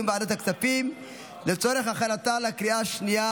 בוועדת הכספים לצורך הכנתה לקריאה השנייה